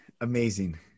Amazing